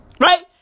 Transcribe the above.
Right